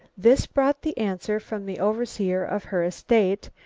this brought the answer from the overseer of her estate,